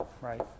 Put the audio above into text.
right